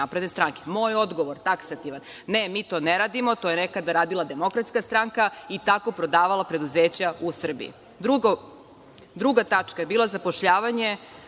Moj odgovor taksativan je: ne, mi to ne radimo, to je nekada radila DS i tako prodavala preduzeća u Srbiji. Druga tačka je bila zapošljavanje